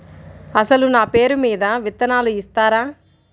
అసలు నా పేరు మీద విత్తనాలు ఇస్తారా?